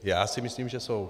Já si myslím, že jsou.